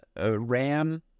RAM